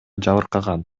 жабыркаган